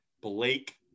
Blake